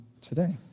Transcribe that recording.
today